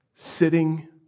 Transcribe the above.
Sitting